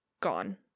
gone